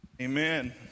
Amen